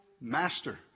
Master